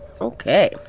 Okay